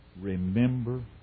Remember